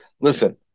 Listen